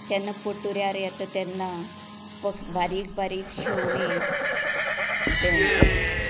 तेन्ना पटूऱ्यार येता तेन्ना बारीक बारीक शेवणीं दॅन